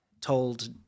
told